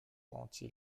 party